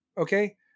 Okay